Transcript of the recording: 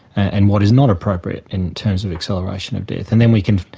and what is not appropriate in terms of acceleration of death. and then we can,